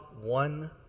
one